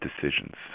decisions